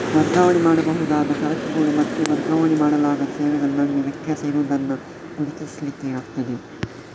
ವರ್ಗಾವಣೆ ಮಾಡಬಹುದಾದ ಸರಕುಗಳು ಮತ್ತೆ ವರ್ಗಾವಣೆ ಮಾಡಲಾಗದ ಸೇವೆಗಳ ನಡುವೆ ವ್ಯತ್ಯಾಸ ಇರುದನ್ನ ಗುರುತಿಸ್ಲಿಕ್ಕೆ ಆಗ್ತದೆ